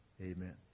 Amen